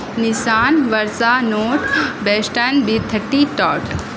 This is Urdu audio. نسان ورسا نوٹ بیشٹن ڈی تھٹی ٹاٹ